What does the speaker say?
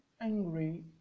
angry